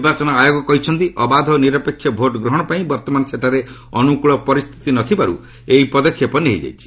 ନିର୍ବାଚନ ଆୟୋଗ କହିଛନ୍ତି ଅବାଧ ଓ ନିରପେକ୍ଷ ଭୋଟ୍ଗ୍ରହଣ ପାଇଁ ବର୍ତ୍ତମାନ ସେଠାରେ ଅନୁକ୍ରଳ ପରିସ୍ଥିତି ନ ଥିବାରୁ ଏହି ପଦକ୍ଷେପ ନିଆଯାଇଛି